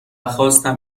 خواستم